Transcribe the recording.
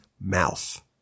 mouth